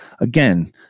Again